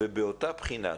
ובאותה בחינה,